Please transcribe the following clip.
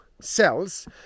cells